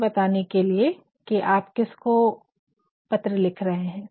ये बताने के लिए की आप किसको लिख रहे है